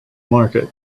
market